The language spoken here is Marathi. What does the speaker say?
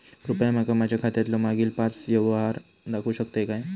कृपया माका माझ्या खात्यातलो मागील पाच यव्हहार दाखवु शकतय काय?